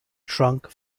trunk